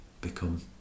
become